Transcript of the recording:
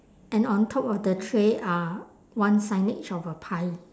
and on top of the tray are one signage of a pie